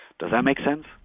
does that make sense?